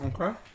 Okay